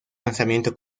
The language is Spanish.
lanzamiento